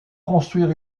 construire